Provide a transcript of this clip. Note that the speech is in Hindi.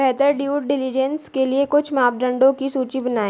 बेहतर ड्यू डिलिजेंस के लिए कुछ मापदंडों की सूची बनाएं?